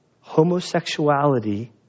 homosexuality